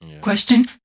Question